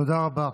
תודה רבה,